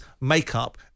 makeup